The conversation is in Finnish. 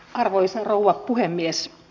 arvoisa rouva puhemies